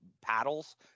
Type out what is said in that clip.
paddles